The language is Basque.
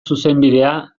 zuzenbidea